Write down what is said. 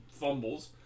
fumbles